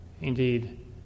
indeed